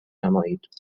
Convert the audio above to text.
نمایید